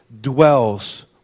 dwells